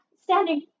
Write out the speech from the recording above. standing